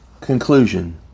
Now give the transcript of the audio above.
Conclusion